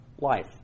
life